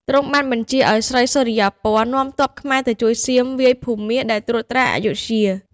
ទ្រង់បានបញ្ជាឱ្យស្រីសុរិយោពណ៌នាំទ័ពខ្មែរទៅជួយសៀមវាយភូមាដែលត្រួតត្រាអយុធ្យា។